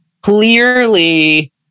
clearly